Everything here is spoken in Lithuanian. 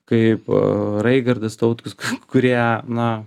kaip raigardas tautkus kurie na